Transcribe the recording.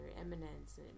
eminence